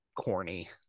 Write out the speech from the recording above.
corny